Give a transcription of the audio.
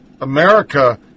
America